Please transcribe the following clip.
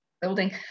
building